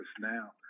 now